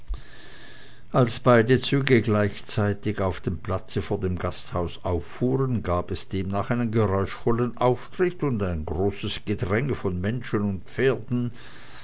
als beide züge gleichzeitig auf dem platze vor dem gasthause auffuhren gab es demnach einen geräuschvollen auftritt und ein großes gedränge von menschen und pferden